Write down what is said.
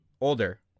older